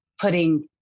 putting